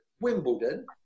Wimbledon